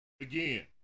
again